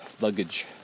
Luggage